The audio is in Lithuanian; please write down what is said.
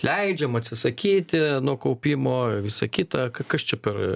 leidžiama atsisakyti nu kaupimo visa kita k kas čia per